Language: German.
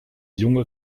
junge